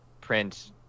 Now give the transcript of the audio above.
print